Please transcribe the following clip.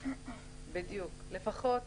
אבל לפחות